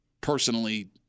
personally